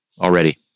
already